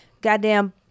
goddamn